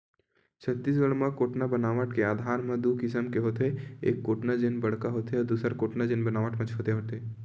छत्तीसगढ़ म कोटना बनावट के आधार म दू किसम के होथे, एक कोटना जेन बड़का होथे अउ दूसर कोटना जेन बनावट म छोटे होथे